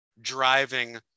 driving